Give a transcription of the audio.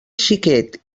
xiquet